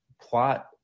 plot